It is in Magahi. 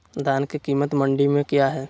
धान के कीमत मंडी में क्या है?